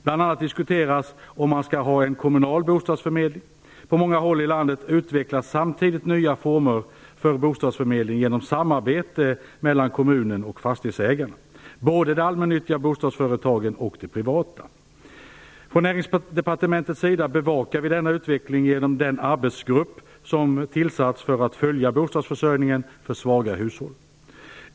Bl.a. diskuteras om man skall ha en kommunal bostadsförmedling. På många håll i landet utvecklas samtidigt nya former för bostadsförmedling genom samarbete mellan kommunen och fastighetsägarna, både de allmännyttiga bostadsföretagen och de privata. Från Näringsdepartementets sida bevakar vi denna utveckling genom den arbetsgrupp som tillsatts för att följa bostadsförsörjningen för svaga hushåll.